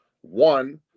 One